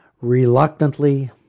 Reluctantly